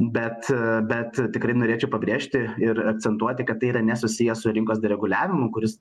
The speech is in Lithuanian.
bet bet tikrai norėčiau pabrėžti ir akcentuoti kad tai yra nesusiję su rinkos dereguliavimu kuris